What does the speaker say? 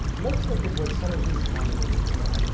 let's look at what some of these combinations mean.